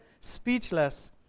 speechless